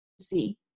see